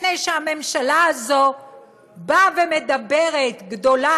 מפני שהממשלה הזאת באה ומדברת גבוהה